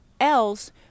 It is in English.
else